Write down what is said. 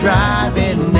driving